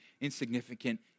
insignificant